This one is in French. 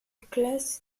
classe